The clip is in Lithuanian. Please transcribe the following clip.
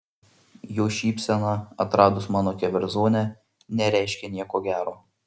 jo šypsena atradus mano keverzonę nereiškė nieko gero